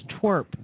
twerp